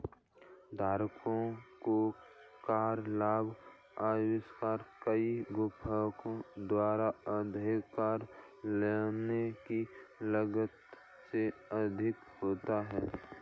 धारकों को कर लाभ अक्सर कई गुणकों द्वारा उधार लेने की लागत से अधिक होगा